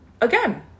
again